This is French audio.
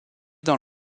dans